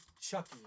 Chucky